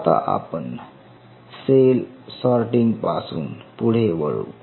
आता आपण cell sorting पासून पुढे वळू